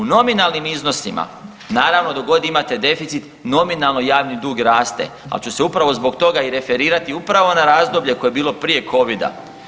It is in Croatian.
U nominalnim iznosima, naravno dok god imate deficit, nominalno javni dug raste, ali ću se upravo zbog toga i referirati upravo na razdoblje koje je bilo prije Covida.